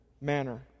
manner